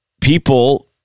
people